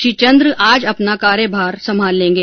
श्री चंद्र आज अपना कार्यभार संभाल लेंगे